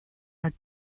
are